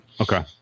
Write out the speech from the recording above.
Okay